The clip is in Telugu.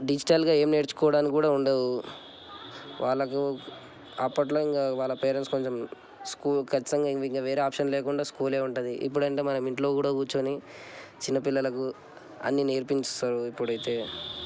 డిజిటల్గా ఏమి నేర్చుకోవడానికి కూడా ఉండవు వాళ్ళకు అప్పట్లో ఇంకా వాళ్ళ పేరెంట్స్ కొంచెం స్కూ ఖచ్చితంగా ఇంక వేరే ఆప్షన్ లేకుండా స్కూలే ఉంటుంది ఇప్పుడంటే మనం ఇంట్లో కూడా కూర్చొని చిన్న పిల్లలకు అన్నీ నేర్పిస్తారు ఇప్పుడైతే